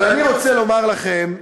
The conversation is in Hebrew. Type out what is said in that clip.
אני רוצה לומר לכם,